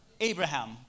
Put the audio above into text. Abraham